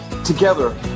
Together